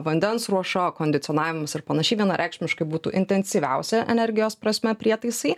vandens ruoša kondicionavimas ir panašiai vienareikšmiškai būtų intensyviausia energijos prasme prietaisai